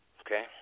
Okay